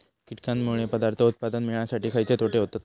कीटकांनमुळे पदार्थ उत्पादन मिळासाठी खयचे तोटे होतत?